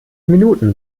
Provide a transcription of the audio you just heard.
minuten